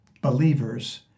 believers